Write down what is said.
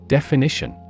Definition